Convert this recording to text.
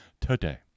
today